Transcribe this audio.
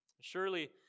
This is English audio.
Surely